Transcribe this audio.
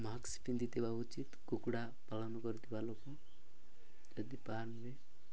mask ପିନ୍ଧିଥିବା ଉଚିତ୍ କୁକୁଡ଼ା ପାଳନ କରିଥିବା ଲୋକ ଯଦି